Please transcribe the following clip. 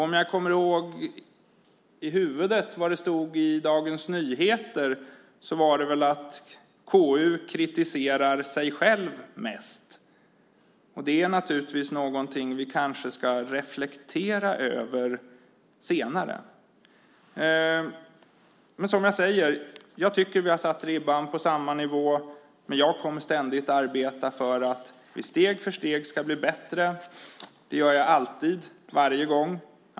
Om jag har i huvudet vad det stod i Dagens Nyheter var det väl att KU kritiserar sig självt mest. Det är naturligtvis något som vi kanske ska reflektera över senare. Som jag säger tycker jag att vi har lagt ribban på samma nivå, men jag kommer ständigt att arbeta för att vi steg för steg ska bli bättre. Det gör jag alltid, varje gång.